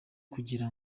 kugira